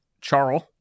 Charles